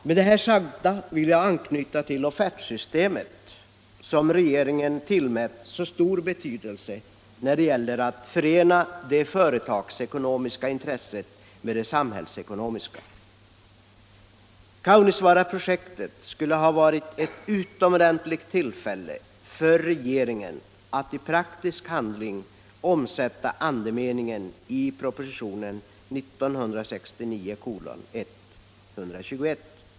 Med detta vill jag anknyta till offertsystemet, som regeringen tillmätt så stor betydelse när det gällt att förena det företagsekonomiska intresset med det samhällsekonomiska. Kaunisvaaraprojektet skulle ha varit ett utomordentligt tillfälle för regeringen att i praktisk handling omsätta andemeningen i propositionen 1969:121.